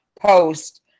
post